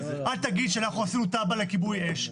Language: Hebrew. אל תגיד שאנחנו עשינו תב"ע לכיבוי אש.